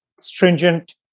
stringent